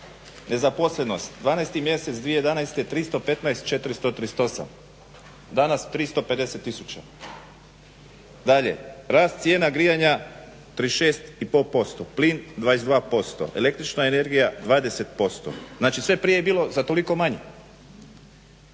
Nezaposlenost 12.mjeseci 2011. 315,438, danas 35000. Dalje, rast cijena grijanja 36,5%, plin 22%, električna energija 20%, znači sve je prije bilo za toliko manje.